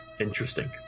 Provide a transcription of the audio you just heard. interesting